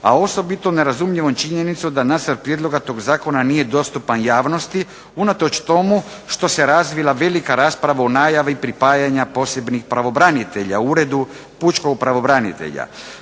a osobito nerazumljivom činjenicu da … /Govornik se ne razumije./… prijedloga tog zakona nije dostupan javnosti unatoč tomu što se razvila velika rasprava u najavi pripajanja posebnih pravobranitelja Uredu pučkog pravobranitelja.